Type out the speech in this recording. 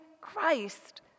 Christ